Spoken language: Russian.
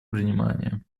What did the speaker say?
внимание